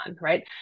right